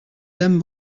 dames